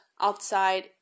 outside